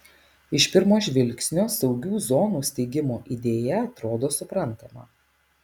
iš pirmo žvilgsnio saugių zonų steigimo idėja atrodo suprantama